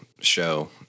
show